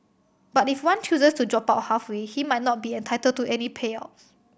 but if one chooses to drop out halfway he might not be entitled to any payouts